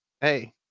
hey